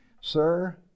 Sir